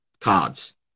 cards